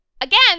again